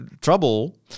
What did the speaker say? trouble